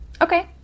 Okay